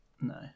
No